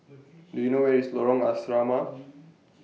Do YOU know Where IS Lorong Asrama